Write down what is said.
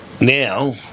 now